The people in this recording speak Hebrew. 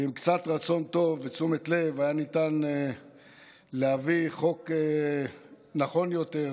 ועם קצת רצון טוב ותשומת לב היה ניתן להביא חוק נכון יותר,